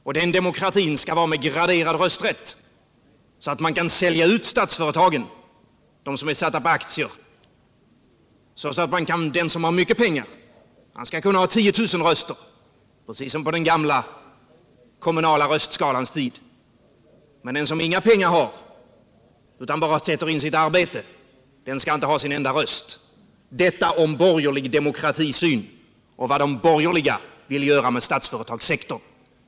Och den demokratin skall vara med graderad rösträtt, så att man kan sälja ut de statliga aktieföretagen. Den som har mycket pengar kan ha 10 000 röster precis som på den gamla kommunala röstskalans tid. Men den som inga pengar har utan bara sätter in sitt arbete, han skall inte ha en enda röst. Detta om borgerlig demokratisyn och vad de borgerliga vill göra med statsföretagssektorn.